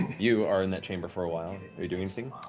you are in that chamber for a while. are you doing anything?